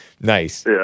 Nice